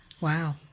Wow